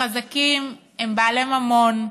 החזקים הם בעל ממון,